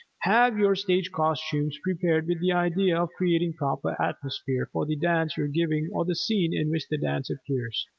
have your stage costumes prepared with the idea of creating proper atmosphere for the dance you are giving or the scene in which the dance appears.